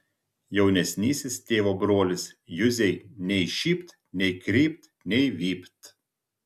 jaunesnysis tėvo brolis juzei nei šypt nei krypt nei vypt